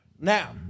Now